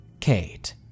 Kate